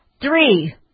Three